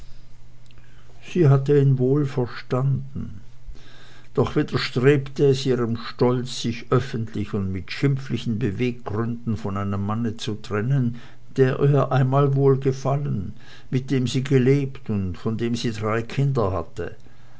sie hatte ihn wohl verstanden doch widerstrebte es ihrem stolz sich öffentlich und mit schimpflichen beweisgründen von einem manne zu trennen der ihr einmal wohlgefallen mit dem sie gelebt und von dem sie drei kinder hatte